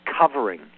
covering